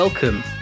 Welcome